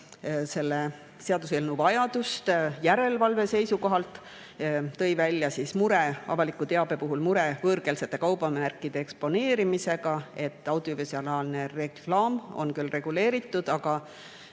selle seaduseelnõu vajadust järelevalve seisukohalt. Ta tõi välja mure avaliku teabe puhul võõrkeelsete kaubamärkide eksponeerimisega, et audiovisuaalne reklaam on küll reguleeritud, aga